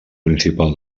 principal